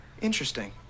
interesting